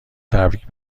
تبریک